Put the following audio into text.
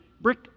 brick